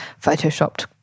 photoshopped